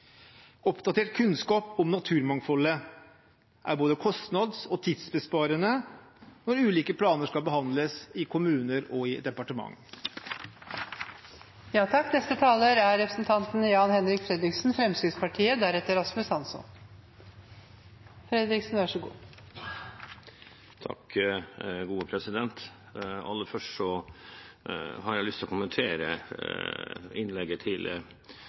Oppdatert kunnskap om naturmangfoldet er både kostnads- og tidsbesparende når ulike planer skal behandles i kommuner og i departement. Aller først har jeg lyst til å kommentere innlegget til Per Rune Henriksen. Personlig ønsker han større aktivitet innenfor olje- og gassutviklingen, men det ser ut til